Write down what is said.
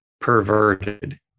perverted